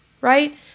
right